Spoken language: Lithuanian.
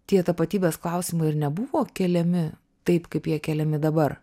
tie tapatybės klausimai ir nebuvo keliami taip kaip jie keliami dabar